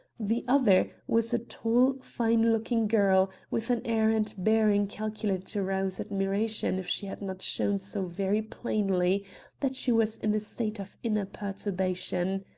the other was a tall, fine-looking girl, with an air and bearing calculated to rouse admiration if she had not shown so very plainly that she was in a state of inner perturbation.